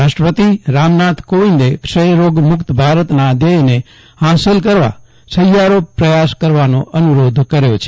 રાષ્ટ્રપતિ રામનાથ કોવિંદે ક્ષયરોગ મુક્ત ભારતના ધ્યેયને હાંસલ કરવા સહિયારો પ્રયાસ કરવાનો અનુરોધ કર્યો છે